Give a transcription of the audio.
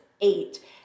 eight